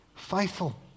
faithful